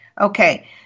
Okay